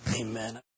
amen